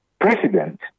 president